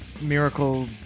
miracle